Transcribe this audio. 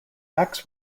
acts